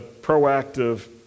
proactive